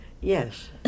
Yes